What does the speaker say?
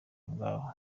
ngaho